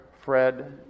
Fred